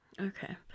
Okay